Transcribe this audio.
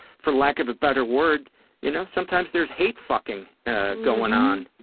for lack of a better word you know, sometimes there's hate fucking going on.